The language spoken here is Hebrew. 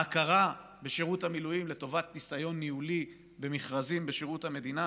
גם ההכרה בשירות המילואים לטובת ניסיון ניהולי במכרזים בשירות המדינה,